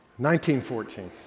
1914